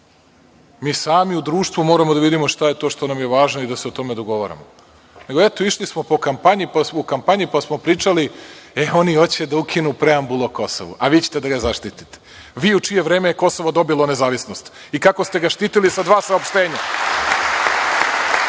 Mi sami u društvu moramo da vidimo šta je to što nam je važno i da se dogovaramo. Nego, eto, išli smo u kampanji pa smo pričali, e oni hoće da ukinu preambulu o Kosovu, a vi ćete da ga zaštitite, vi u čije je vreme Kosovo dobilo nezavisnost. I kako ste ga štitili, sa dva saopštenja.